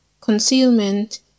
concealment